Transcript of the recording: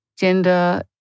gender